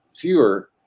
fewer